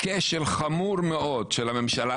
כשל חמור מאוד של הממשלה,